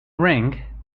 ring